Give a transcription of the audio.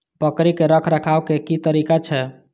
बकरी के रखरखाव के कि तरीका छै?